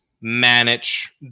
manage